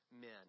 men